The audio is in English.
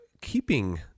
keeping